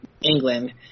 England